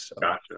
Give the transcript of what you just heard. Gotcha